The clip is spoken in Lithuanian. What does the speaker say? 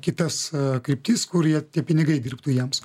kitas kryptis kur jie tie pinigai dirbtų jiems